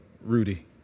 Rudy